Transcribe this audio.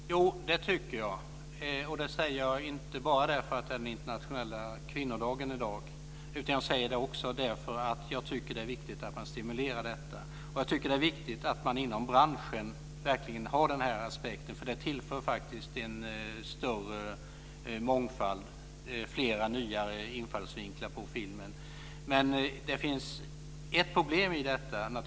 Fru talman! Jo, det tycker jag, och det säger jag inte bara därför att det i dag är internationella kvinnodagen utan också därför att jag tycker att det är viktigt att man stimulerar kvinnors filmskapande. Jag tycker att det är viktigt att man inom branschen verkligen har den här inställningen. Detta filmskapande tillför faktiskt en större mångfald och flera nya infallsvinklar på filmskapandet. Men det finns också ett problem i detta.